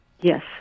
Yes